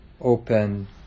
open